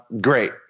great